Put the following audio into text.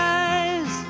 eyes